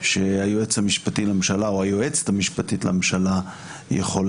שהיועץ המשפטי הממשלה או היועצת המשפטית לממשלה